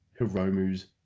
Hiromu's